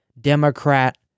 Democrat